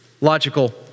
Logical